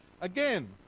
again